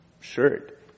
shirt